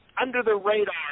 under-the-radar